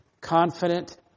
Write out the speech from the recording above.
confident